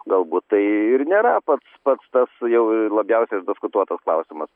galbūt tai ir nėra pats pats tas jau labiausiai išdiskutuotas klausimas